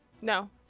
no